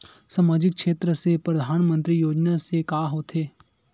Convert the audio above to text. सामजिक क्षेत्र से परधानमंतरी योजना से का होथे?